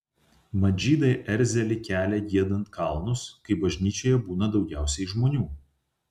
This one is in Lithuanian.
mat žydai erzelį kelia giedant kalnus kai bažnyčioje būna daugiausiai žmonių